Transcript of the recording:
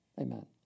Amen